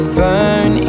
burn